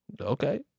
Okay